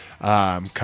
come